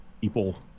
people